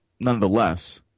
Nonetheless